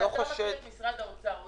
כפי שאתה מכיר את משרד האוצר,